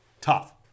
Tough